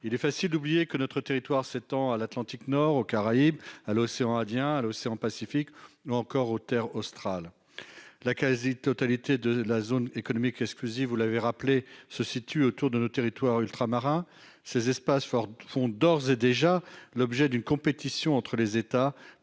il est facile d'oublier que notre territoire s'étend à l'Atlantique nord, aux Caraïbes, à l'océan Indien à l'océan Pacifique, ou encore aux Terres australes la quasi-totalité de la zone économique exclusive, vous l'avez rappelé se situe autour de nos territoires ultramarins ces espaces Ford sont d'ores et déjà l'objet d'une compétition entre les États,